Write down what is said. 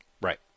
Right